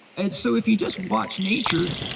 and so if you just watch nature,